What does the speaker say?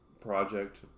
Project